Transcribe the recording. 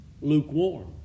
lukewarm